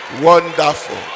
wonderful